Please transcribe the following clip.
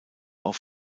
auf